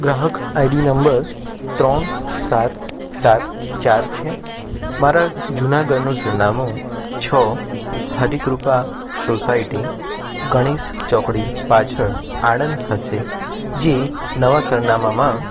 ગ્રાહક આઈડી નંબર ત્રણ સાત સાત ચાર છે મારા જૂના ઘરનું સરનામું છ હરિકૃપા શોસાયટી ગણેશ ચોકડી પાછળ આણંદ હશે જે નવાં સરનામામાં